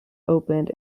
opened